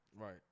Right